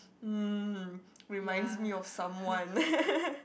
mm reminds me of someone